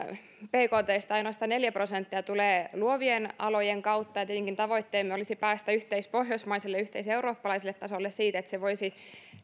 bktstä ainoastaan neljä prosenttia tulee luovien alojen kautta tietenkin tavoitteemme olisi päästä yhteispohjoismaiselle ja yhteiseurooppalaiselle tasolle siinä että se voisi